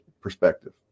perspective